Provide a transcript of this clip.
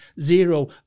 Zero